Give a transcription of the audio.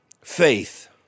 faith